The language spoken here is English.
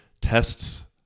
tests